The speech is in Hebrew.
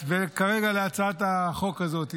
כרגע להצעת החוק הזאת,